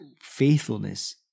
faithfulness